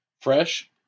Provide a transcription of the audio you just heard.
fresh